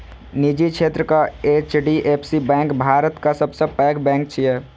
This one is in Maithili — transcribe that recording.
निजी क्षेत्रक एच.डी.एफ.सी बैंक भारतक सबसं पैघ बैंक छियै